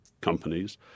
companies